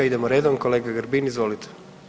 Idemo redom, kolega Grbin izvolite.